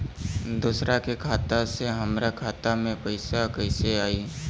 दूसरा के खाता से हमरा खाता में पैसा कैसे आई?